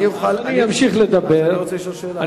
אני אמשיך לדבר, אני רוצה לשאול שאלה.